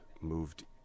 moved